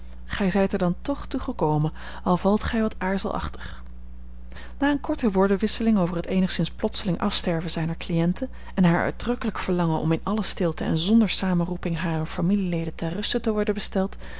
gij zijt er dan toch toe gekomen al valt gij wat aarzelachtig na eene korte woordenwisseling over het eenigszins plotseling afsterven zijner cliënte en haar uitdrukkelijk verlangen om in alle stilte en zonder samenroeping harer familieleden ter ruste te worden besteld